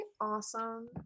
awesome